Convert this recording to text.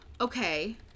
Okay